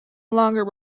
longer